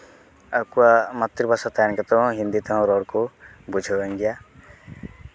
ᱟᱠᱚᱣᱟᱜ ᱢᱟᱛᱨᱤ ᱵᱷᱟᱥᱟ ᱛᱟᱦᱮᱱ ᱛᱟᱠᱚ ᱦᱤᱱᱫᱤ ᱛᱮᱦᱚᱸ ᱨᱚᱲ ᱟᱠᱚ ᱵᱩᱡᱷᱟᱹᱣ ᱮᱱ ᱜᱮᱭᱟ